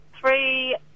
three